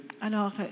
Alors